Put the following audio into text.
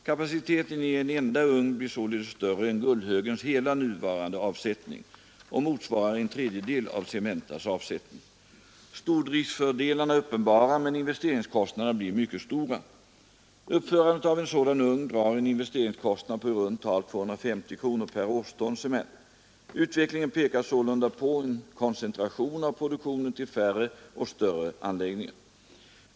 Kapaciteten i en enda ugn blir således större än Gullhögens hela nuvarande avsättning och motsvarar en tredjedel av Cementas avsättning. Stordriftsfördelarna är uppenbara men investeringskostnaderna blir mycket stora. Uppförandet av en sådan ugn drar en investeringskostnad på i runt tal 250 kronor per årston cement. Utvecklingen pekar sålunda på en koncentration av produktionen till färre och större anläggningar.